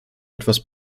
etwas